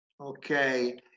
okay